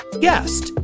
guest